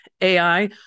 AI